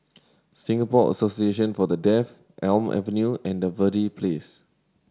Singapore Association For The Deaf Elm Avenue and Verde Place